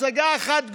הצגה אחת גדולה,